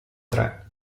tre